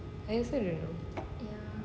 I also don't know